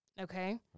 Okay